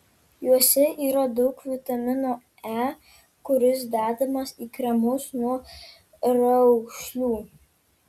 juose yra daug vitamino e kuris dedamas į kremus nuo raukšlių